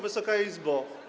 Wysoka Izbo!